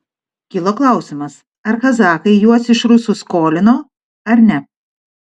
kilo klausimas ar kazachai juos iš rusų skolino ar ne